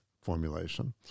formulation